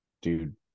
Dude